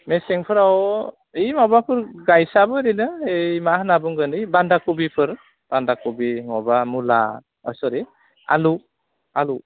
मेसेंफोराव ओइ माबाफोर गायसाबो ओरैनो ओइ मा होनना बुंगोन ओइ बानदा खबिफोर बानदा खबि माबा मुला सरि आलु आलु